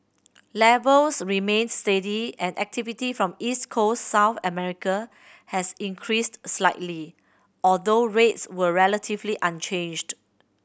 levels remained steady and activity from East Coast South America has increased slightly although rates were relatively unchanged